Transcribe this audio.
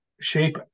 shape